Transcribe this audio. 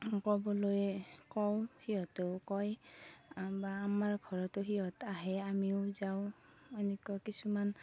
ক'বলৈ কওঁ সিহঁতেও কয় বা আমাৰ ঘৰতো সিহঁত আহে আমিও যাওঁ এনেকুৱা কিছুমান